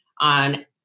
on